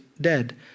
dead